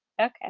Okay